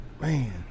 Man